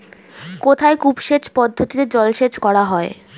কোথায় কূপ সেচ পদ্ধতিতে জলসেচ করা হয়?